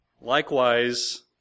Likewise